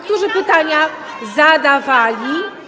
którzy pytania zadawali.